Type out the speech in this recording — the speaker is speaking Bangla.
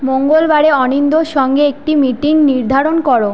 মঙ্গলবারে অনিন্দ্যর সঙ্গে একটি মিটিং নির্ধারণ করো